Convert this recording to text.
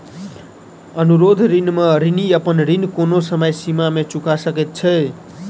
अनुरोध ऋण में ऋणी अपन ऋण कोनो समय सीमा में चूका सकैत छै